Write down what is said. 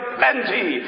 plenty